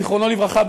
זיכרונו לברכה,